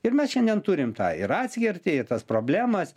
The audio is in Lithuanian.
ir mes šiandien turime tą ir atskirtį ir tas problemas